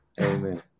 Amen